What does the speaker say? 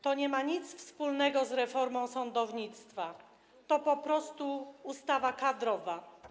To nie ma nic wspólnego z reformą sądownictwa, to po prostu ustawa kadrowa.